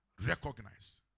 Recognize